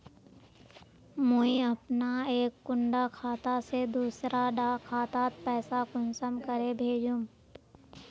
मुई अपना एक कुंडा खाता से दूसरा डा खातात पैसा कुंसम करे भेजुम?